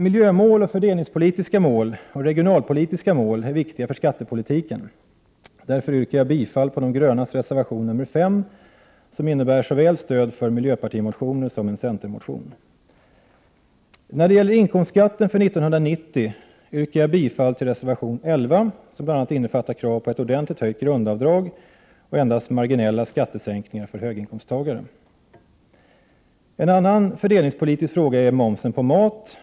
Miljömål, fördelningspolitiska mål och regionalpolitiska mål är viktiga för skattepolitiken. Jag yrkar därför bifall till de grönas reservation nr 5, vilket innebär ett stöd för såväl en miljöpartimotion som en centermotion. När det gäller inkomstskatten för år 1990 yrkar jag bifall till reservation 11, vilken bl.a. innefattar krav på ett ordentligt höjt grundavdrag och endast marginella skattesänkningar för höginkomsttagare. En annan fördelningspolitisk fråga är momsen på mat.